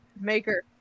maker